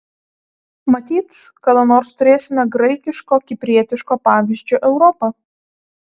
matyt kada nors turėsime graikiško kiprietiško pavyzdžio europą